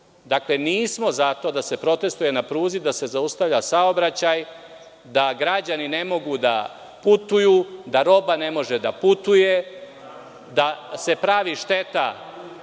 Dakle, nismo za to da se protestuje na pruzi, da se zaustavlja saobraćaj, da građani ne mogu da putuju, da roba ne može da putuje, da se pravi šteta